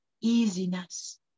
easiness